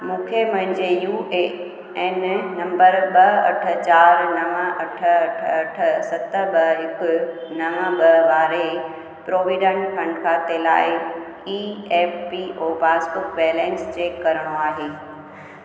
मूंखे मुंहिंजे U A N number ॿ अठ चारि नव अठ अठ अठ सत ॿ हिकु नव ॿ वारे प्रोविडेन्ट फंड खाते लाइ E P F O passbook balance check करिणो आहे